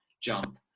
jump